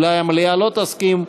אולי המליאה לא תסכים.